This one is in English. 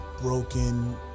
broken